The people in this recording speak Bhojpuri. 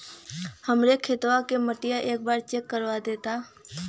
हमरे खेतवा क मटीया एक बार चेक करवा देत?